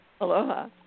Aloha